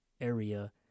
area